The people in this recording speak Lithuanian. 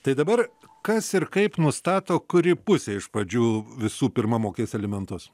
tai dabar kas ir kaip nustato kuri pusė iš pradžių visų pirma mokės alimentus